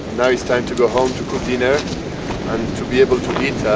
now it's time to go home to cook dinner and to be able to eat